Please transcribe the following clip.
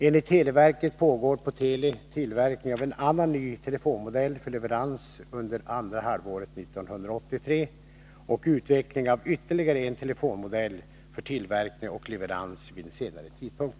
Enligt televerket pågår på Teli tillverkning av en annan ny telefonmodell för leverans under andra halvåret 1983 och utveckling av ytterligare en telefonmodell för tillverkning och leverans vid en senare tidpunkt.